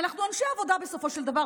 אנחנו אנשי עבודה בסופו של דבר,